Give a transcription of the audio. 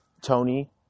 Tony